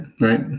right